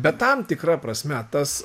bet tam tikra prasme tas